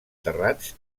terrats